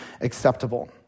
acceptable